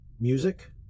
music